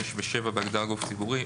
(6) ו-(7) בהגדרה "גוף ציבורי".